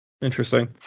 Interesting